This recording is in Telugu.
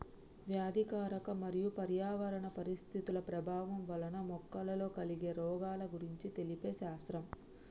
వ్యాధికారక మరియు పర్యావరణ పరిస్థితుల ప్రభావం వలన మొక్కలలో కలిగే రోగాల గురించి తెలిపే శాస్త్రం